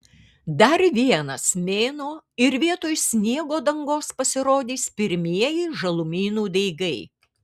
dar vienas mėnuo ir vietoj sniego dangos pasirodys pirmieji žalumynų daigai